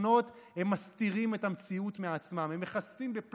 היא אומרת לו: בוא, בוא, אני אראה לך.